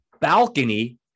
balcony